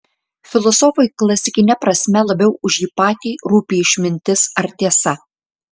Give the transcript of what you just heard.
filosofui klasikine prasme labiau už jį patį rūpi išmintis ar tiesa